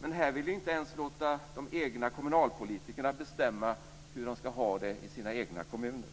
Men ni vill inte ens låta de egna kommunalpolitikerna bestämma hur de ska ha det i sina egna kommuner.